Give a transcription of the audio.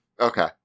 Okay